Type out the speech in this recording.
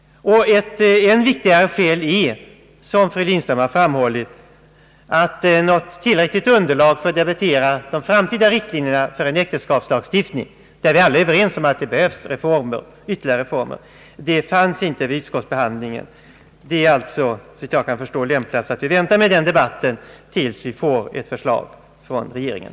Ett ännu viktigare skäl är, som fru Lindström har framhållit, att något tillräckligt underlag för att debattera de framtida riktlinjerna för en äktenskapslagstiftning — vi är alla överens om att det behövs ytterligare reformer — inte fanns vid utskottsbehandlingen. Det är alltså såvitt jag förstår lämpligast att vi väntar med den debatten tills vi får ett förslag från regeringen.